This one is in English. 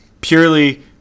purely